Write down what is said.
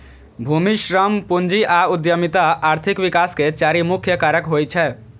भूमि, श्रम, पूंजी आ उद्यमिता आर्थिक विकास के चारि मुख्य कारक होइ छै